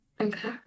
Okay